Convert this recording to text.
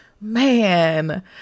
Man